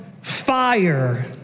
fire